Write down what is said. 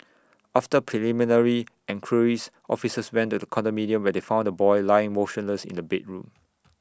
after preliminary enquiries officers went to the condominium where they found the boy lying motionless in A bedroom